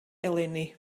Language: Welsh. eleni